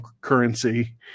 currency